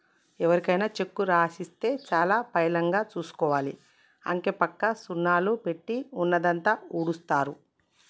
ఎవరికైనా చెక్కు రాసిస్తే చాలా పైలంగా చూసుకోవాలి, అంకెపక్క సున్నాలు పెట్టి ఉన్నదంతా ఊడుస్తరు